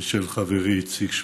ושל חברי איציק שמולי.